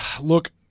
Look